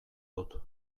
dut